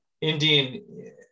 Indian